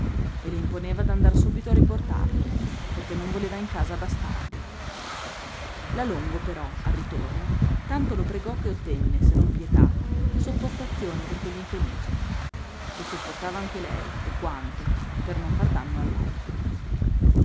e le imponeva d'andar subito a riportarlo perché non voleva in casa bastardi la longo però al ritorno tanto lo pregò che ottenne se non pietà sopportazione per quell'infelice lo sopportava anche lei e quanto per non far danno